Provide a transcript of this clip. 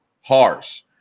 harsh